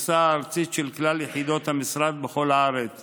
אפשר לבטל איזשהו משרד לענייני כלום ולקצץ משרד